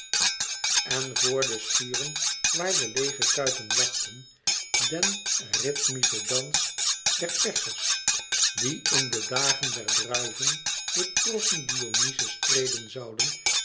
en vor de schuren waar de leêge kuipen wachtten den rythmischen dans der persers die in de dagen der druiven de trossen dionyzos treden zouden